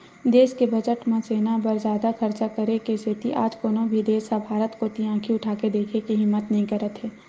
देस के बजट म सेना बर जादा खरचा करे के सेती आज कोनो भी देस ह भारत कोती आंखी उठाके देखे के हिम्मत नइ करत हे